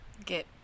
Get